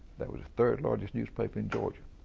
that was the third largest newspaper in georgia.